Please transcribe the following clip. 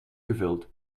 gevuld